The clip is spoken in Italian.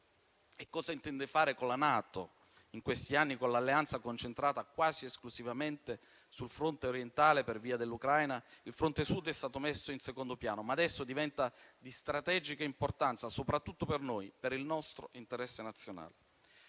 E cosa intende fare con la NATO? In questi anni, con l'Alleanza concentrata quasi esclusivamente sul fronte orientale per via dell'Ucraina, il fronte Sud è stato messo in secondo piano, ma adesso diventa di strategica importanza, soprattutto per noi, per il nostro interesse nazionale.